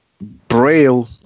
Braille